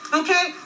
okay